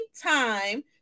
time